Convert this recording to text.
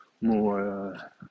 More